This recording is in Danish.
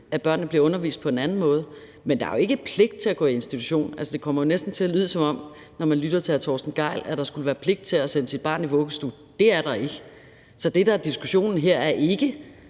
at børnene bliver undervist på en anden måde. Men der er jo ikke pligt til at sætte børn i institution. Altså, det kommer næsten til at lyde, når man lytter til hr. Torsten Gejl, som om der skulle være pligt til at sende sit barn i vuggestue. Det er der ikke. Så det, der er diskussionen her, er ikke,